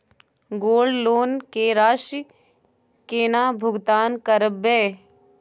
Gold loan के राशि केना भुगतान करबै?